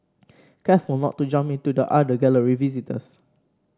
careful not to bump into the other Gallery visitors